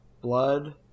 Blood